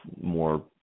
more